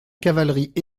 cavalerie